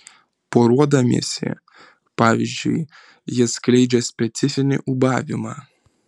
poruodamiesi pavyzdžiui jie skleidžia specifinį ūbavimą